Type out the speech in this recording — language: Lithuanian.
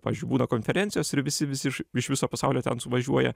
pavyzdžiui būna konferencijos ir visi visi iš iš viso pasaulio ten suvažiuoja